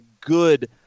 good